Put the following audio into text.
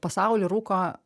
pasauly rūko